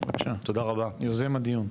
בבקשה, יוזם הדיון.